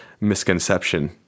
misconception